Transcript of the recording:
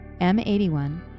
M81